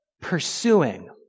pursuing